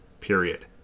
Period